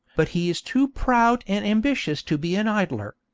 but he is too proud and ambitious to be an idler.